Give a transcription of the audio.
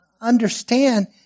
understand